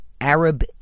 Arab